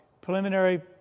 preliminary